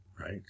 right